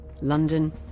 London